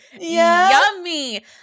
yummy